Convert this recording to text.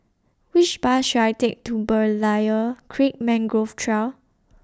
Which Bus should I Take to Berlayer Creek Mangrove Trail